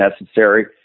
necessary